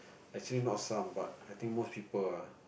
actually not some but I think most people ah